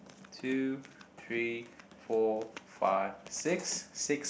two three four five six six